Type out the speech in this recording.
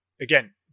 again